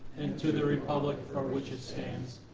and to the republic for which it stands,